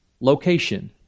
location